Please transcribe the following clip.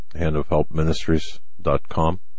handofhelpministries.com